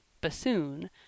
bassoon